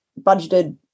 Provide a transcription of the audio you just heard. budgeted